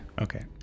Okay